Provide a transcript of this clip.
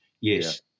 Yes